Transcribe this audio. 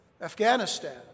Afghanistan